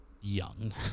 young